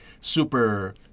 super